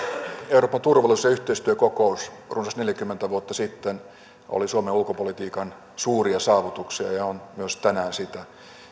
euroopan turvallisuus ja yhteistyökokous runsas neljäkymmentä vuotta sitten oli suomen ulkopolitiikan suuria saavutuksia ja on myös tänään sitä